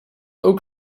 ook